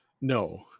No